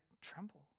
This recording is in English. tremble